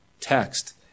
text